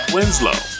Winslow